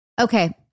Okay